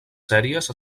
sèries